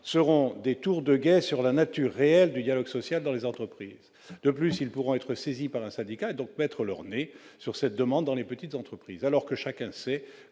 seront des tours de guet pour ce qui concerne la nature réelle du dialogue social dans les entreprises. De plus, ils pourront être saisis par un syndicat, et donc « mettre leur nez » dans cette demande au sein des petites entreprises, alors que chacun sait